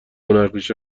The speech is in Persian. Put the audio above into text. هنرپیشه